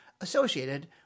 associated